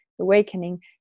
awakening